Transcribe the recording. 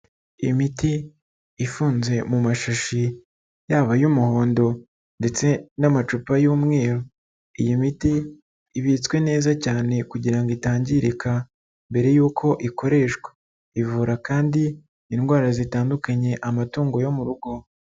Imiti ifunze mu mashashi yaba ay'umuhondo ndetse n'amacupa y'umweru, iyi miti ibitswe neza cyane kugira ngo itangirika mbere y'uko ikoreshwa, ivura kandi indwara zitandukanye amatungo yo mu rugo.